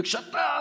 וכשאתה,